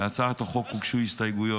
להצעת החוק הוגשו הסתייגויות,